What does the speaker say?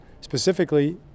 Specifically